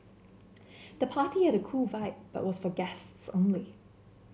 the party had a cool vibe but was for guests only